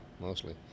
mostly